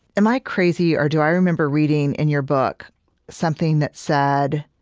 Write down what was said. am i crazy, or do i remember reading in your book something that said,